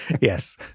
yes